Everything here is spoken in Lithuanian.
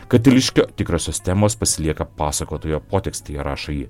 katiliškio tikrosios temos pasilieka pasakotojo potekstėje rašo ji